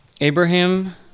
Abraham